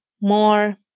more